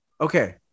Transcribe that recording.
Okay